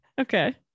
Okay